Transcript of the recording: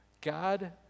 God